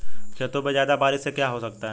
खेतों पे ज्यादा बारिश से क्या हो सकता है?